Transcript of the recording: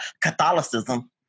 Catholicism